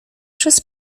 przez